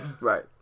right